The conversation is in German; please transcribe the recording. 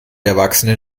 erwachsene